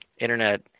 Internet